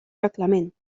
reglament